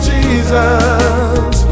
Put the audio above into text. Jesus